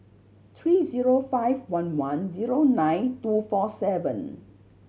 three zero five one one zero nine two four seven